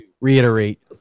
Reiterate